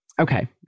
Okay